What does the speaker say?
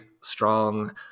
strong